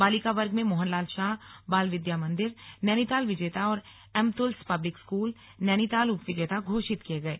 बालिका वर्ग में मोहन लाल शाह बाल विद्या मंदिर नैनीताल विजेता और एमतुल्स पब्लिक स्कूल नैनीताल उपविजेता घोषित किये गये